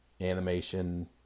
animation